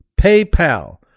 PayPal